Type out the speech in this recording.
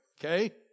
Okay